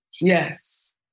Yes